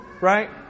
Right